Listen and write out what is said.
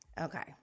okay